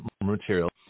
material